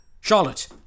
Charlotte